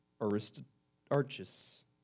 Aristarchus